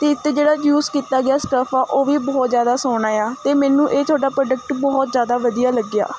ਅਤੇ ਇਸ 'ਤੇ ਜਿਹੜਾ ਯੂਜ਼ ਕੀਤਾ ਗਿਆ ਸਟੱਫ ਆ ਉਹ ਵੀ ਬਹੁਤ ਜ਼ਿਆਦਾ ਸੋਹਣਾ ਆ ਅਤੇ ਮੈਨੂੰ ਇਹ ਤੁਹਾਡਾ ਪ੍ਰੋਡਕਟ ਬਹੁਤ ਜ਼ਿਆਦਾ ਵਧੀਆ ਲੱਗਿਆ